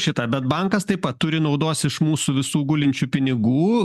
šitą bet bankas taip pat turi naudos iš mūsų visų gulinčių pinigų